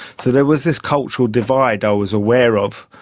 so there was this cultural divide i was aware of.